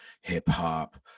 hip-hop